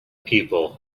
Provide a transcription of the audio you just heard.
people